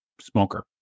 smoker